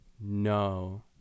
No